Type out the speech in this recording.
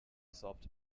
soft